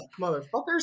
Motherfuckers